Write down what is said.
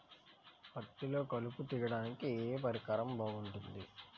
పత్తిలో కలుపు తీయడానికి ఏ పరికరం బాగుంటుంది?